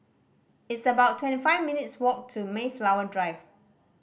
it's about twenty five minutes' walk to Mayflower Drive